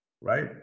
right